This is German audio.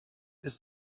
ist